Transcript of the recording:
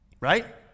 Right